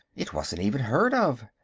it wasn't even heard of.